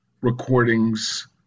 recordings